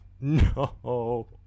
No